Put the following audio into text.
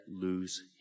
lose